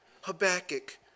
Habakkuk